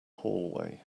hallway